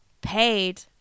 paid